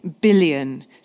billion